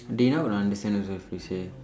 they not going to understand also if you say